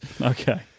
Okay